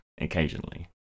occasionally